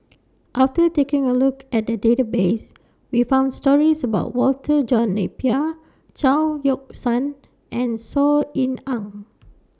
after taking A Look At The Database We found stories about Walter John Napier Chao Yoke San and Saw Ean Ang